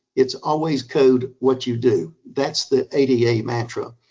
it's always code what you do. that's the ada mantra.